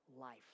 life